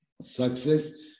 success